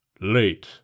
Late